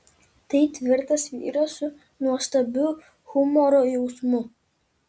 tai tvirtas vyras su nuostabiu humoro jausmu